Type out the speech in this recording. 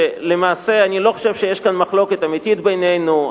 ואני לא חושב שיש כאן מחלוקת אמיתית בינינו.